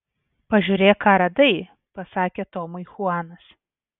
pažiūrėk ką radai pasakė tomui chuanas